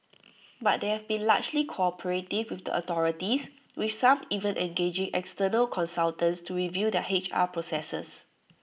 but they have been largely cooperative with the authorities with some even engaging external consultants to review their H R processes